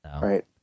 Right